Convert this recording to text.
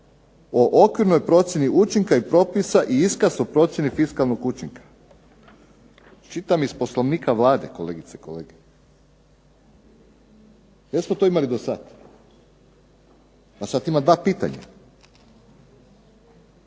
o okvirnoj procjeni učinka i propisa i iskaz o procjeni fiskalnog učinka. Čitam iz Poslovnika Vlade kolegice i kolege. Jesmo li to imali do sada? Sada imam dva pitanja.